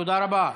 תודה רבה.